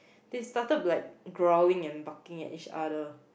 they started like growling and barking at each other